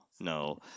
No